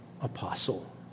apostle